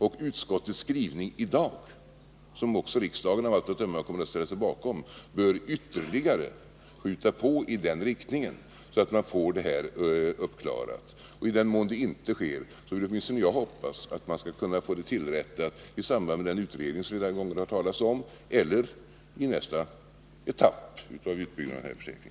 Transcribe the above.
Och utskottets skrivning i dag, som också riksdagen av allt att döma kommer att ställa sig bakom, bör ytterligare skjuta på i den riktningen, så att man får detta uppklarat. Och i den mån det inte sker vill åtminstone jag hoppas att man skall kunna få det tillrättat i samband med den utredning som vi här har hört talas om, eller i nästa etapp av utbyggnaden av denna försäkring.